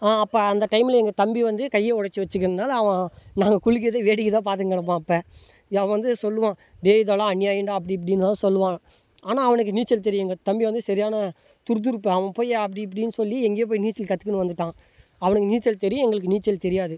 அப்போ அந்த டைமில் எங்கள் தம்பி வந்து கையை உடச்சி வச்சிக்கனால் அவன் நாங்கள் குளிக்கிறதை வேடிக்கை தான் பார்த்துன்னு கிடப்பான் அப்போ அவன் வந்து சொல்லுவான் டேய் இதெல்லாம் அந்நியாயம்டா அப்படி இப்படினுலாம் சொல்லுவான் ஆனால் அவனுக்கு நீச்சல் தெரியுங்க தம்பி வந்து சரியான துருதுருப்பு அவன் போய் அப்படி இப்படின் சொல்லி எங்கேயோ போய் நீச்சல் கற்றுக்குன்னு வந்துட்டான் அவனுக்கு நீச்சல் தெரியும் எங்களுக்கு நீச்சல் தெரியாது